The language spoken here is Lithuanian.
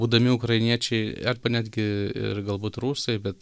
būdami ukrainiečiai arba netgi ir galbūt rusai bet